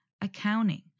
accounting